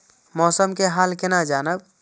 मौसम के हाल केना जानब?